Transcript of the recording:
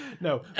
No